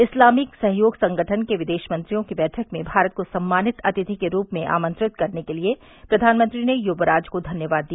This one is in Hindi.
इस्लामिक सहयोग संगठन के विदेश मंत्रियों की बैठक में भारत को सम्मानित अतिथि के रूप में आमंत्रित करने के लिए प्रधानमंत्री ने युवराज को धन्यवाद दिया